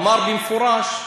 אמר במפורש: